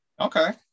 Okay